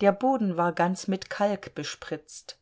der boden war ganz mit kalk bespritzt